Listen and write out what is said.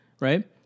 right